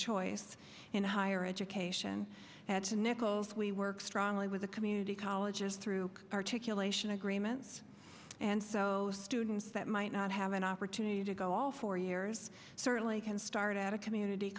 choice in higher education had to nichols we work strongly with the community colleges through articulation agreements and so students that might not have an opportunity to go all four years certainly can start at a community